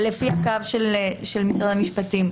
לפי הקו של משרד המשפטים,